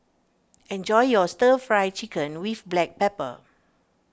Enjoy your Stir Fry Chicken with Black Pepper